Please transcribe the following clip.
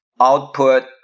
output